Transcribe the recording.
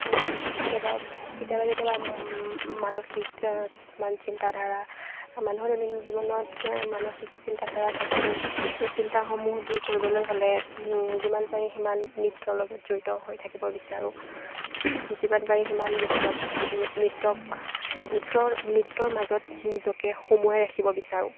ধৰ কেতিয়াবা কেতিয়াবা কেতিয়াবা মানসিক কিছুমান চিন্তাধাৰা মানুহৰ দৈনন্দিন জীৱনত মানসিক চিন্তাধাৰা থাকিবই এই চিন্তাসমূহ দূৰ কৰিবলৈ হ'লে যিমান পাৰাৰে সিমান নৃত্যৰ লগত জড়িত হৈ থাকিব বিচাৰোঁ যিমান পাৰি সিমান নৃত্যক নৃত্যক নৃত্যৰ নৃত্যৰ মাজত নিজকে সোমোৱাই ৰাখিব বিচাৰোঁ